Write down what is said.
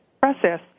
process